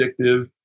addictive